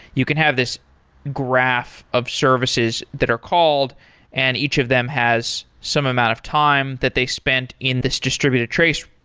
you can have this graph of services that are called and each of them has some amount of time that they spent in this distributed trace,